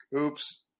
Oops